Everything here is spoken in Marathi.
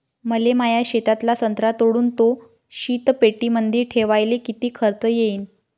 मले माया शेतातला संत्रा तोडून तो शीतपेटीमंदी ठेवायले किती खर्च येईन?